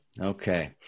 Okay